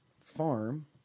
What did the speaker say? farm